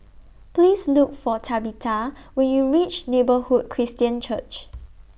Please Look For Tabitha when YOU REACH Neighbourhood Christian Church